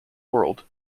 world